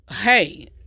Hey